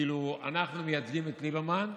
כאילו אנחנו מייצגים את ליברמן,